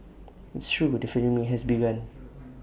it's true the flaming has begun